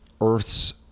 Earth's